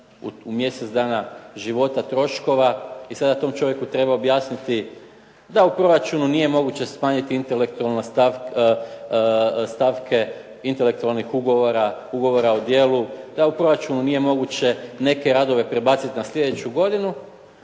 u mjesec dana života troškova i sada tom čovjeku treba objasniti da u proračunu nije moguće smanjiti intelektualne stavke, intelektualnih ugovora, ugovora o djelu, da u proračunu nije moguće neke radove prebacit na sljedeću godinu,